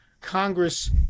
Congress